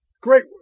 Great